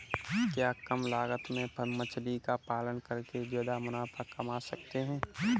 क्या कम लागत में मछली का पालन करके ज्यादा मुनाफा कमा सकते हैं?